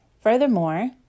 Furthermore